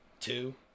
two